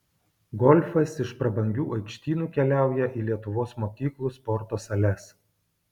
golfas iš prabangių aikštynų keliauja į lietuvos mokyklų sporto sales